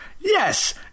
Yes